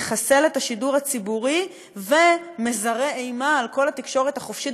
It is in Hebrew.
מחסל את השידור הציבורי ומזרה אימה על כל התקשורת החופשית